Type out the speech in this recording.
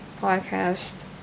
podcast